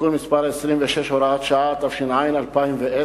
(תיקון מס' 26, הוראת שעה), התש"ע 2010,